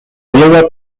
lower